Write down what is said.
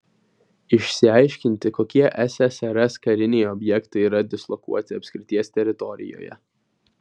išsiaiškinti kokie ssrs kariniai objektai yra dislokuoti apskrities teritorijoje